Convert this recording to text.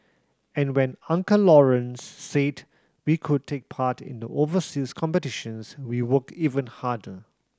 and when Uncle Lawrence said we could take part in the overseas competitions we worked even harder